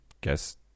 guess